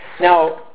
Now